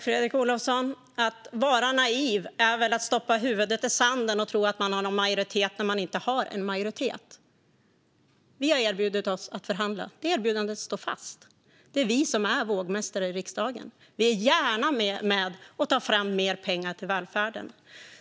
Fru talman! Att vara naiv är väl att stoppa huvudet i sanden och tro att man har en majoritet när man inte har det? Vi har erbjudit oss att förhandla. Det erbjudandet står fast. Det är vi som är vågmästare i riksdagen. Vi är gärna med och tar fram mer pengar till välfärden.